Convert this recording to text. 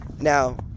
Now